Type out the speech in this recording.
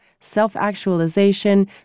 self-actualization